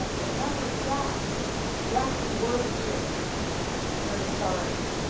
but but a number of staff who actually were here during sars